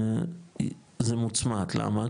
זה מוצמד, למה?